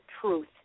truth